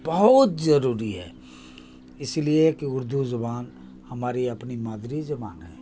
بہت ضروری ہے اس لیے کہ اردو زبان ہماری اپنی مادری زبان ہے